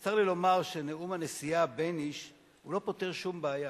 צר לי לומר שנאום הנשיאה בייניש לא פותר שום בעיה,